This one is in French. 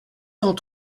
cent